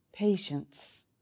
patience